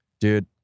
Dude